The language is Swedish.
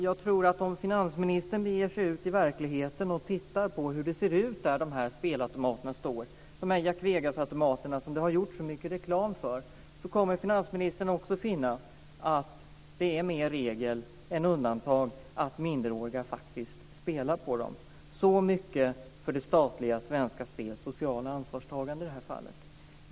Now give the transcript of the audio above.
Jag tror att om finansministern beger sig ut i verkligheten och tittar på hur det ser ut där de här spelautomaterna står, de här Jack Vegas-automaterna som det har gjorts så mycket reklam för, kommer finansministern också att finna att det är mer regel än undantag att minderåriga spelar på dem. Så mycket för det statliga Svenska Spels sociala ansvarstagande.